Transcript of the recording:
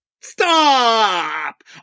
Stop